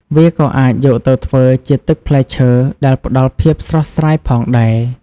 វាក៏អាចយកទៅធ្វើជាទឹកផ្លែឈើ ដែលផ្តល់ភាពស្រស់ស្រាយផងដែរ។